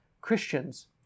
Christians